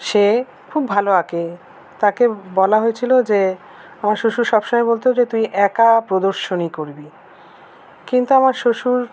সে খুব ভালো আঁকে তাকে বলা হয়েছিল যে আমার শ্বশুর সব সময় বলতো যে তুই একা প্রদর্শনী করবি কিন্তু আমার শ্বশুর